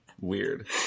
weird